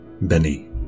Benny